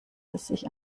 sich